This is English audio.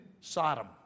Sodom